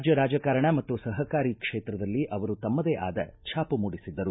ರಾಜ್ಯ ರಾಜಕಾರಣ ಮತ್ತು ಸಹಕಾರಿ ಕ್ಷೇತ್ರದಲ್ಲಿ ಅವರು ತಮ್ಮದೇ ಅದ ಛಾಪು ಮೂಡಿಸಿದ್ದರು